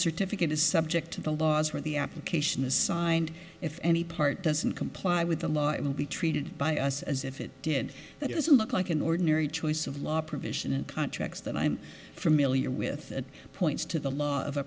certificate is subject to the laws where the application is signed if any part doesn't comply with the law it will be treated by us as if it did that doesn't look like an ordinary choice of law provision and contracts that i'm familiar with that points to the law of a